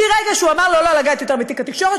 מרגע שהוא אמר לו לא לגעת יותר בתיק התקשורת,